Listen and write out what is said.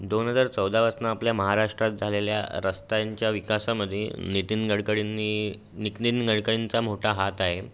दोन हजार चौदापासून आपल्या महाराष्ट्रात झालेल्या रस्त्यांच्या विकासामध्ये नितीन गडकडींनी नितीन गडकरींचा मोठा हात आहे